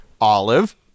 olive